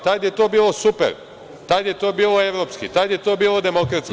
Tad je to bilo super, tad je to bilo evropski, tad je to bilo demokratski.